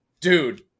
dude